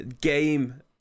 game